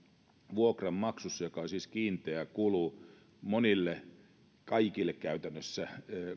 vuokranmaksussa koska vuokra on siis kiinteä kulu monille käytännössä